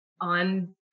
on